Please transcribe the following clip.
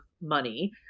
money